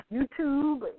YouTube